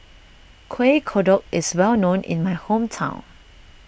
Kuih Kodok is well known in my hometown